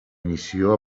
inició